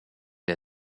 der